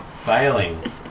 Failing